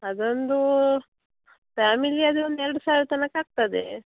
ಅದೊಂದು ಫ್ಯಾಮಿಲಿ ಆದರೆ ಒಂದು ಎರಡು ಸಾವಿರ ತನಕ ಆಗ್ತದೆ